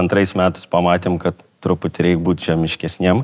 antrais metais pamatėm kad truputį reik būt žemiškesniem